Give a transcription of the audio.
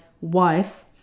wife